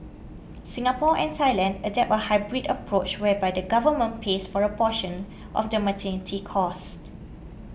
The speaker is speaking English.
Singapore and Thailand adopt a hybrid approach whereby the government pays for a portion of the maternity costs